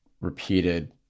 repeated